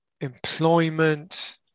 employment